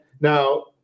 now